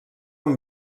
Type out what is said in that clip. amb